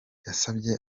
yasabye